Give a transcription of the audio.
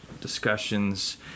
discussions